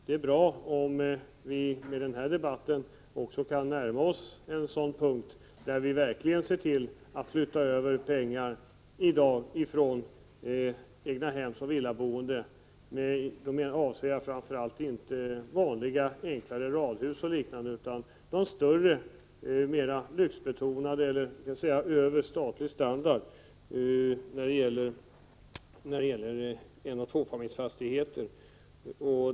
Det är bra om vi i debatten i dag kunde närma oss en gemensam ståndpunkt när det gäller att föra över medel från egnahemsoch villaboendet. Jag avser då inte vanliga, enklare radhus och liknande, utan större och mera lyxbetonade hus som ligger över den statliga standarden för enoch tvåfamiljsfastigheter.